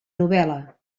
novel·la